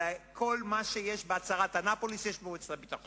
כל מה שיש בהצהרת אנאפוליס יש בהחלטת מועצת הביטחון.